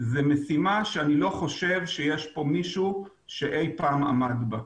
זו משימה שאני לא חושב שיש פה מישהו שאי פעם עמד בה.